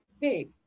hey